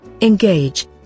engage